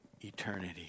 eternity